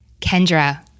Kendra